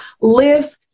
live